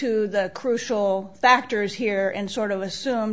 to the crucial factors here and sort of assumed